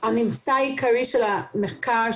הממצא העיקרי של המחקר,